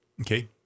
Okay